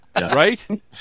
Right